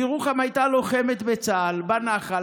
בירוחם הייתה לוחמת בצה"ל, בנח"ל.